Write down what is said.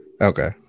Okay